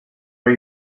are